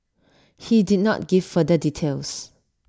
he did not give further details